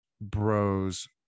bros